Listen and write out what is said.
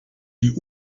die